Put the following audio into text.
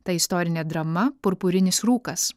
tai istorinė drama purpurinis rūkas